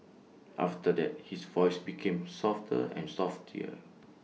after that his voice became softer and